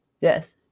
Yes